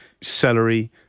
celery